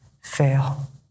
fail